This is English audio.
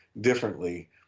differently